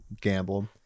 gamble